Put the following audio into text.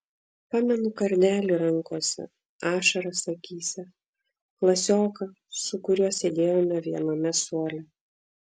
pamenu kardelį rankose ašaras akyse klasioką su kuriuo sėdėjome viename suole